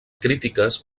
crítiques